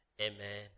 Amen